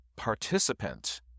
participant